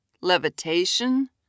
Levitation